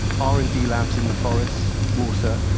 r and d labs in the forests, water,